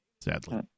Sadly